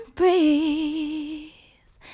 breathe